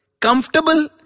Comfortable